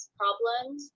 problems